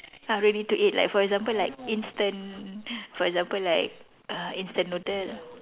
ah ready to eat like for example like instant for example like uh instant noodle